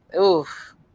Oof